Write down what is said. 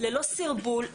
ללא סרבול,